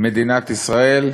מדינת ישראל,